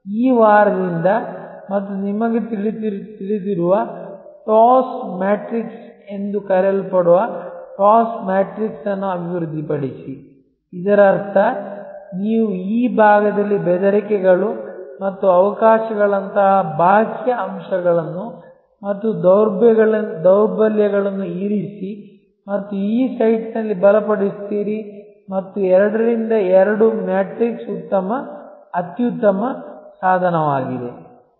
ಈ ವಾರದಿಂದ ಮತ್ತು ನಿಮಗೆ ತಿಳಿದಿರುವ TOWS ಮ್ಯಾಟ್ರಿಕ್ಸ್ ಎಂದು ಕರೆಯಲ್ಪಡುವ TOWS ಮ್ಯಾಟ್ರಿಕ್ಸ್ ಅನ್ನು ಅಭಿವೃದ್ಧಿಪಡಿಸಿ ಇದರರ್ಥ ನೀವು ಈ ಭಾಗದಲ್ಲಿ ಬೆದರಿಕೆಗಳು ಮತ್ತು ಅವಕಾಶಗಳಂತಹ ಬಾಹ್ಯ ಅಂಶಗಳನ್ನು ಮತ್ತು ದೌರ್ಬಲ್ಯಗಳನ್ನು ಇರಿಸಿ ಮತ್ತು ಈ ಸೈಟ್ನಲ್ಲಿ ಬಲಪಡಿಸುತ್ತೀರಿ ಮತ್ತು 2 ರಿಂದ 2 ಮ್ಯಾಟ್ರಿಕ್ಸ್ ಅತ್ಯುತ್ತಮ ಸಾಧನವಾಗಿದೆ